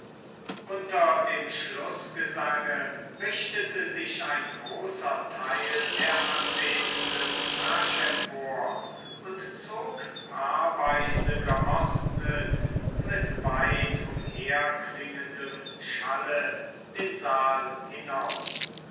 unter dem schlußgesange richtete sich ein großer teil der anwesenden rasch empor und zog paarweise geordnet mit weit umherklingendem schalle den saal hinaus